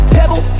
Pebble